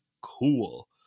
cool